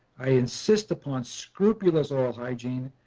i insist upon scrupulous oral hygiene,